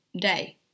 day